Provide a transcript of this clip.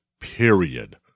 period